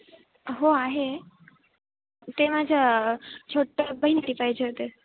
हो आहे ते माझ्या छोट्या बहिणीसाठी पाहिजे होतं